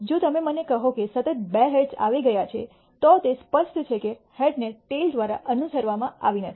જો તમે મને કહો કે સતત બે હેડ્સ આવી ગયા છે તો તે સ્પષ્ટ છે કે હેડ ને ટેઈલ દ્વારા અનુસરવામાં આવી નથી